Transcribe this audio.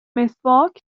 مسواک